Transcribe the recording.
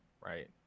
right